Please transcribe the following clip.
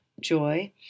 Joy